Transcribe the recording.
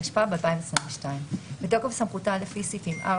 התשפ"ב-2022 בתוקף סמכותה לפי סעיפים 4,